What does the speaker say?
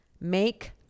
make